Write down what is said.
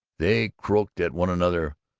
they croaked at one another,